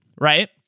Right